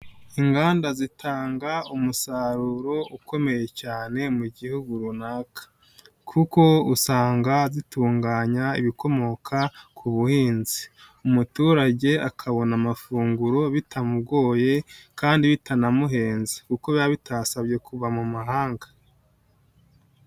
Inganda zitanga umusaruro ukomeye cyane mu gihugu runaka kuko usanga zitunganya ibikomoka ku buhinzi. Umuturage akabona amafunguro bitamugoye kandi bitanamuhenze kuko biba bitasabye kuva mu mahanga.